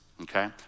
okay